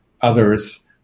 others